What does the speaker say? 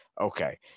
okay